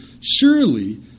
surely